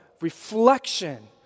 reflection